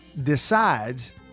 decides